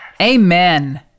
Amen